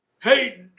Hey